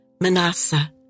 Manasseh